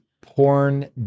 porn